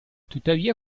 tuttavia